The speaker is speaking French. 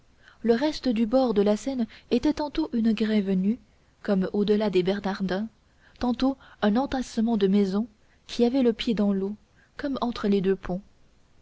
le reste du bord de la seine était tantôt une grève nue comme au delà des bernardins tantôt un entassement de maisons qui avaient le pied dans l'eau comme entre les deux ponts